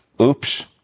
oops